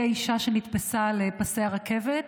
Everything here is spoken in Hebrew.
היא האישה שנתפסה על פסי הרכבת,